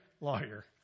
Lawyer